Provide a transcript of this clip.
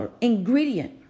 ingredient